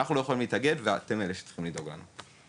אנחנו לא יכולים להתאגד ואתם אלה שצריכים לדאוג לנו.